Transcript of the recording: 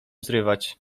zrywać